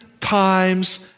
times